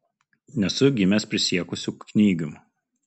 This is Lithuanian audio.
nesu gimęs prisiekusiu knygium